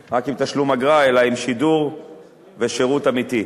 אלא עם שידור ושירות אמיתי.